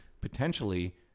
potentially